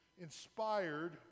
inspired